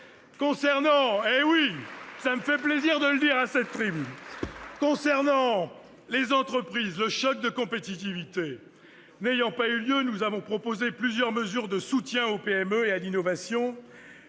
Concernant les entreprises, le choc de compétitivité n'ayant pas eu lieu, nous avons proposé plusieurs mesures de soutien aux PME et à l'innovation